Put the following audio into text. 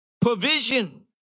Provision